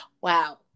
Wow